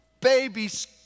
Babies